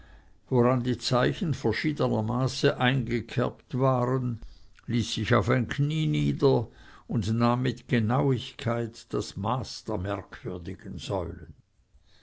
woran die zeichen verschiedener maße eingekerbt waren ließ sich auf ein knie nieder und nahm mit genauigkeit das maß der merkwürdigen säulen